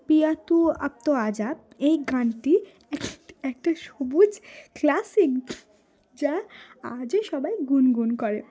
পিয়াতু আব তো আজা এই গানটি এক একটা সবুজ ক্লাসিক যা আজই সবাই গুনগুন করে